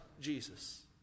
Jesus